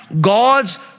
God's